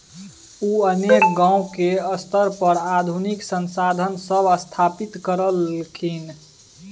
उ अनेक गांव के स्तर पर आधुनिक संसाधन सब स्थापित करलखिन